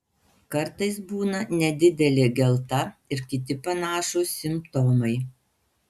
kartais būna nedidelė gelta ir kiti panašūs simptomai